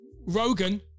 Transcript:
rogan